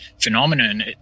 phenomenon